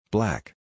Black